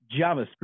JavaScript